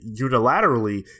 unilaterally